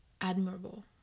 admirable